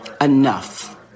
Enough